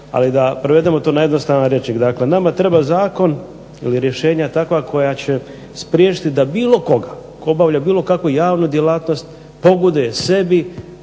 Ali da prevedemo to na jednostavan rječnik. Dakle, nama treba zakon ili rješenja takva koja će spriječiti da bilo koga tko obavlja bilo kakvu javnu djelatnost pogoduje sebi,